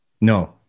no